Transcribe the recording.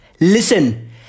Listen